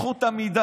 אין לי זכות עמידה.